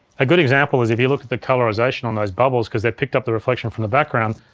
a good example is if you look at the colorization on those bubbles cause they've picked up the reflection from the background,